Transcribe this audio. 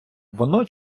воно